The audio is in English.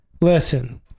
listen